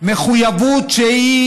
מחויבות שהיא